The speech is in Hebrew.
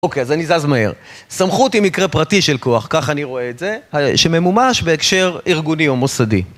אוקיי, אז אני זז מהר. סמכות היא מקרה פרטי של כוח, כך אני רואה את זה, שממומש בהקשר ארגוני או מוסדי.